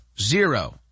zero